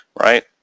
Right